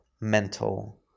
mental